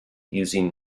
using